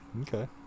Okay